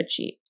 spreadsheet